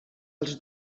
als